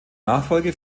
nachfolge